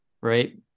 right